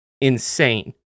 insane